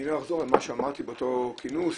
אני לא אחזור על מה שאמרתי באותו כינוס,